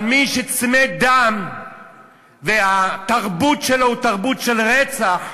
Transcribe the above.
אבל מי שצמא-דם והתרבות שלו היא תרבות של רצח,